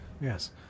yes